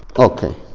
ok.